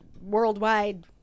worldwide